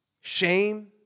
shame